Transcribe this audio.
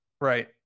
Right